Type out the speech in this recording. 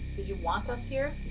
did you want us here?